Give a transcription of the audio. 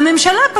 והממשלה,